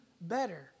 better